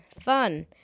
fun